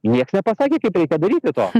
nieks nepasakė kaip reikia daryti to